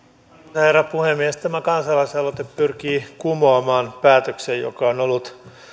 herra puhemies tämä kansalaisaloite pyrkii kumoamaan päätöksen joka on ollut